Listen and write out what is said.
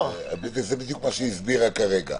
זה בדיוק מה שהיא הסבירה כרגע.